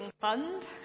fund